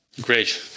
Great